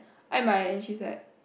Ai-mai and she said